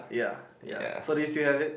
ya ya so do you still have it